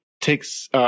takes –